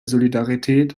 solidarität